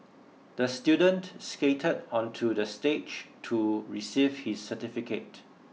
the student skated onto the stage to receive his certificate